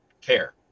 care